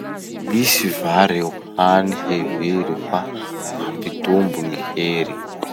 Misy va reo hany hevery fa mampitombo gny hery?